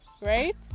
right